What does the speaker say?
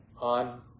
on